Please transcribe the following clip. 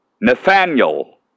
Nathaniel